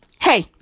hey